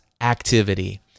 activity